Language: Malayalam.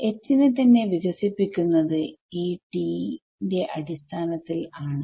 H നെ തന്നെ വികസിപ്പിക്കുന്നത് ഈ Ts ന്റെ അടിസ്ഥാനത്തിൽ ആണ്